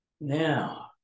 Now